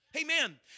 amen